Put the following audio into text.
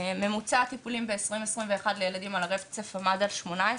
ממוצע טיפולים ב-2021 לילדים על הרצף עמד על 18,